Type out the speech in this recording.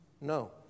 No